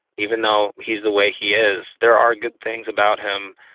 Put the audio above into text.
even though he's the way he is, there are good things about him,